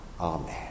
Amen